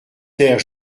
taire